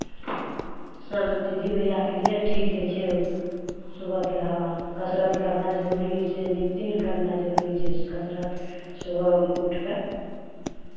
सभ दीदी भैयाके लिए ठीक होइ छै ओ सुबहके हवा कसरत करनाइ जरूरी होइ छै नित्य दिन करनाइ जरूरी छै कसरत सुबह उठि कऽ